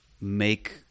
make